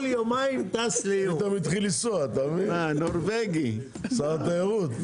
התחיל לנסוע, שר התיירות.